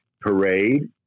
parade